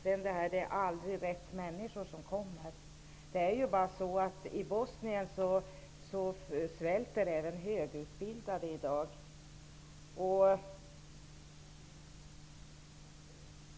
Sedan vill jag ta upp påståendet att det aldrig är rätt människor som kommer. I Bosnien svälter i dag även högutbildade.